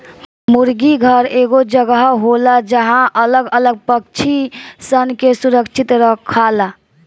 मुर्गी घर एगो जगह होला जहां अलग अलग पक्षी सन के सुरक्षित रखाला